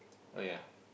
oh ya